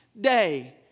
day